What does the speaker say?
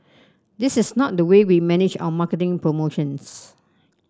this is not the way we manage our marketing promotions